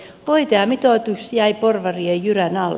hoitajamitoitus jäi porvarien jyrän alle